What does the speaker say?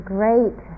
great